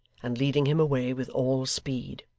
and leading him away with all speed.